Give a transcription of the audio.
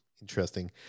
Interesting